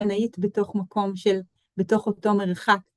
בנאית בתוך מקום של, בתוך אותו מרחק.